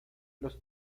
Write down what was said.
los